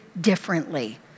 differently